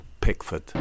Pickford